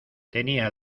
tenía